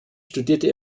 studierte